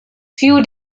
few